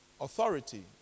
authority